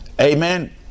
amen